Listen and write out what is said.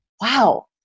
wow